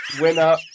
Winner